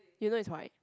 you know it's white